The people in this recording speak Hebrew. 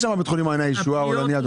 הצבעה אושר.